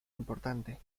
importante